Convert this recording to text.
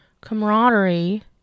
camaraderie